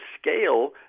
scale